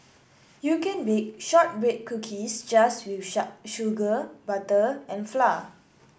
you can bake shortbread cookies just with sugar butter and flour